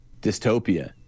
dystopia